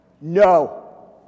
no